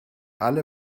alle